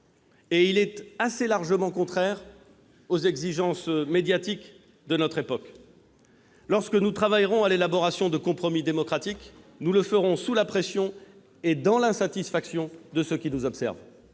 Il est assez largement contraire aux exigences médiatiques de notre époque. Lorsque nous travaillerons à l'élaboration de compromis démocratiques, nous le ferons sous la pression et face à l'insatisfaction de ceux qui nous observent.